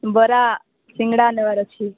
ବରା ଶିଙ୍ଗଡ଼ା ନେବାର ଅଛି